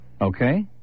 Okay